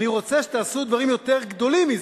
אני רוצה שתעשו דברים יותר גדולים מזה,